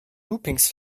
loopings